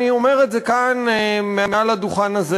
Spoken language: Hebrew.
אני אומר את זה כאן מעל הדוכן הזה,